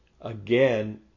again